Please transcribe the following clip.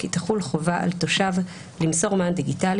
כי תחול חובה על תושב בדבר חובת התושב למסור מען דיגיטלי,